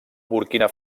burkina